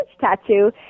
tattoo